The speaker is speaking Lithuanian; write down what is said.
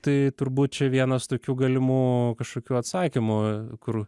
tai turbūt čia vienas tokių galimų kažkokių atsakymų kur